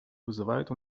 вызывает